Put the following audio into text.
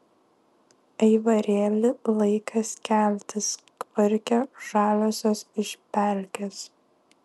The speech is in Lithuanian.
aivarėli laikas keltis kvarkia žaliosios iš pelkės